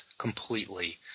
completely